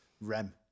Rem